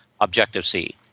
Objective-C